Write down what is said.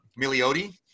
Milioti